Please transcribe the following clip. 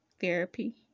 therapy